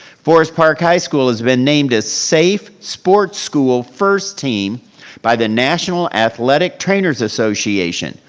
forest park high school has been named as safe sports school first team by the national athletic trainers association.